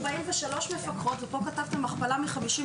אבל כתוב שיש רק 43 מפקחות, ופה כתבתם הכפלה מ-54